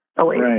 Right